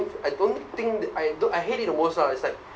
I don't think th~ I don't I hate it the most lah it's like